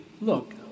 look